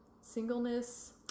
singleness